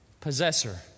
Possessor